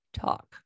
talk